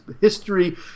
history